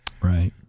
Right